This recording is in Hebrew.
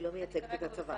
היא לא מייצגת את הצבא.